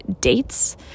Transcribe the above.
dates